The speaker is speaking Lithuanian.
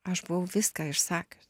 aš buvau viską išsakius